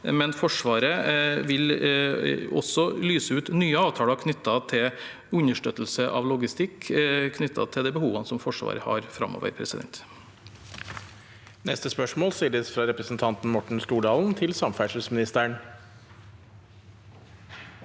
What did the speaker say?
Forsvaret vil også lyse ut nye avtaler knyttet til understøttelse av logistikk knyttet til de behovene Forsvaret har framover.